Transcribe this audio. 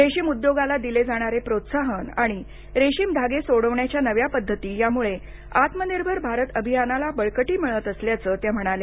रेशीम उद्योगाला दिले जाणारे प्रोत्साहन आणि रेशीम धागे सोडवण्याच्या नव्या पद्धती यामुळे आत्मनिर्भर भारत अभियानाला बळकटी मिळत असल्याचं त्या म्हणाल्या